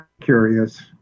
curious